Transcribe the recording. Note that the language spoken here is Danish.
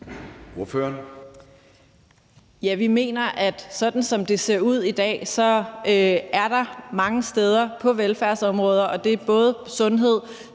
Nawa (RV): Ja, vi mener, at sådan som det ser ud i dag, er der mange velfærdsområder – det er både på